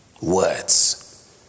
Words